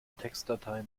textdatei